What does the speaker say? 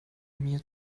mir